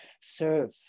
serve